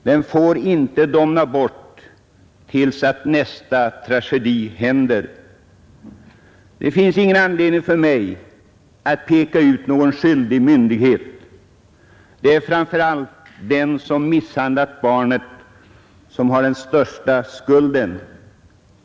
Den får inte domna bort tills nästa tragedi händer. Det finns ingen anledning för mig att peka ut någon skyldig myndighet. Det är framför allt den som misshandlat barnet som har den största skulden.